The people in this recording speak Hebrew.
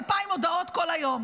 אלפיים הודעות כל היום: